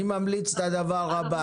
אני ממליץ את הדבר הבא.